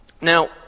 Now